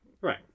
Right